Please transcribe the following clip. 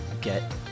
get